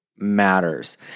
Matters